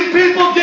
people